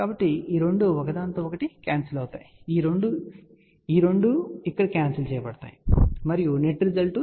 కాబట్టి ఈ రెండు ఒకదానికొకటి క్యాన్సిల్ అవుతాయి మరియు ఈ ఇంపెడెన్స్ ఈ రెండూ ఇక్కడ క్యాన్సిల్ చేయబడతాయి మరియు నెట్ రిజల్ట్ S41 విలువ 0 కి సమానంగా ఉంటుంది